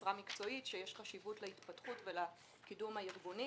משרה מקצועית שיש חשיבות להתפתחות ולקידום הארגוני,